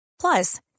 Plus